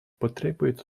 потребует